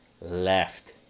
left